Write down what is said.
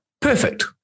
Perfect